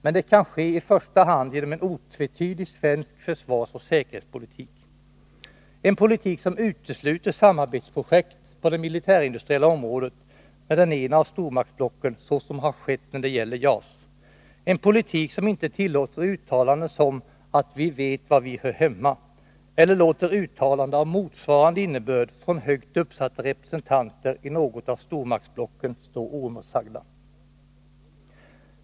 Men det kan ske i första hand genom en otvetydig svensk försvarsoch säkerhetspolitik, en politik som utesluter projektet om samarbete på det militärindustriella området med det ena av stormaktsblocken så som har skett när det gäller JAS, en politik som inte tillåter uttalanden som ”att vi vet var vi hör hemma” eller låter uttalanden av motsvarande innebörd från högt uppsatta representanter i något av stormaktsblocken stå oemotsagda.